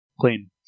Clean